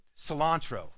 cilantro